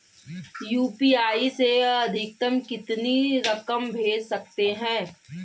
UPI से अधिकतम कितनी रकम भेज सकते हैं?